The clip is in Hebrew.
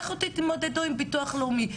לכו תתמודדו עם ביטוח לאומי.